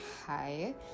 hi